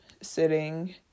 sitting